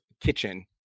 kitchen